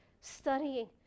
studying